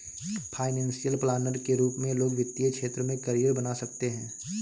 financial planner के रूप में लोग वित्तीय क्षेत्र में करियर बना सकते हैं